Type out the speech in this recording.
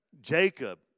Jacob